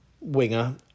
winger